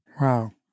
Wow